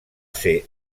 ser